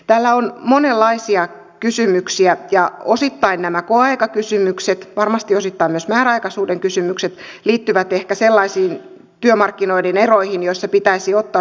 täällä on monenlaisia kysymyksiä ja osittain nämä koeaikakysymykset varmasti osittain myös määräaikaisuuden kysymykset liittyvät ehkä sellaisiin työmarkkinoiden eroihin joissa pitäisi ottaa sukupuolivaikutukset huomioon